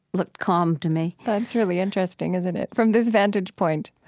looked calm to me that's really interesting, isn't it, from this vantage point.